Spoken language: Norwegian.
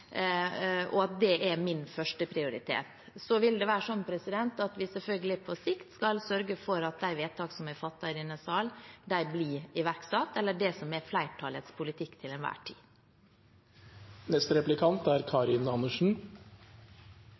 Det er min førsteprioritet. Så vil vi selvfølgelig på sikt sørge for at de vedtakene som er fattet i denne salen, og det som er flertallets politikk til enhver tid, blir iverksatt. Det er